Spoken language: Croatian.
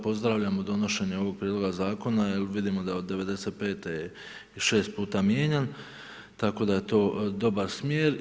Pozdravljamo donošenje ovog Prijedloga zakona jer vidimo da od '95. je 6 puta mijenjan, tako da je to dobar smjer.